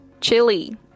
chili